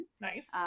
Nice